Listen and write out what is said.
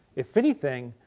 if anything,